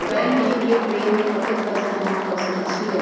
Bank में एक बेर में कतेक पैसा जमा कर सके छीये?